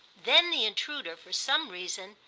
then the intruder, for some reason,